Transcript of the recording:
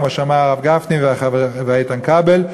כמו שאמרו הרב גפני ואיתן כבל,